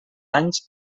anys